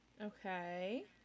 Okay